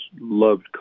loved